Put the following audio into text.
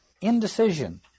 indecision